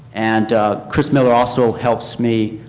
and chris miller also helps me.